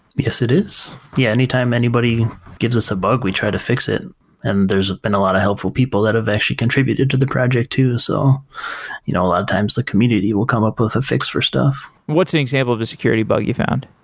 yes it is. yeah, anytime anybody gives us a bug, we try to fix it and there's been a lot of helpful people that have actually contributed to the project too. so you know a lot of times the community will come up with a fix for stuff what's an example of a security bug you found?